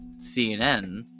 CNN